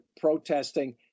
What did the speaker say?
protesting